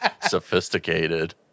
Sophisticated